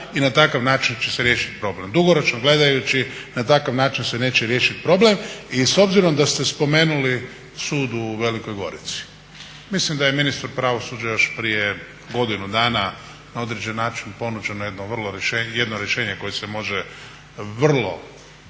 i na takav način će se riješiti problem. Dugoročno gledajući na takav način se neće riješiti problem. I s obzirom da ste spomenuli sud u Velikoj Gorici. Mislim da je ministru pravosuđa još prije godinu dana na određeni način ponuđeno jedno rješenje koje se može vrlo